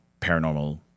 paranormal